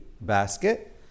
basket